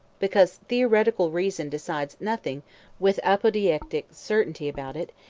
because theoretical reason decides nothing with apodeictic certainty about it,